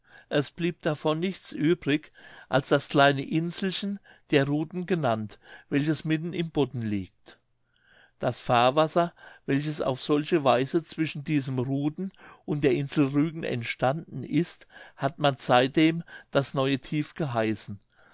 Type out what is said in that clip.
es blieb davon nichts übrig als das kleine inselchen der ruden genannt welches mitten im bodden liegt das fahrwasser welches auf solche weise zwischen diesem ruden und der insel rügen entstanden ist hat man seitdem das neue tief geheißen